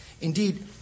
Indeed